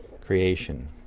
creation